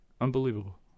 Unbelievable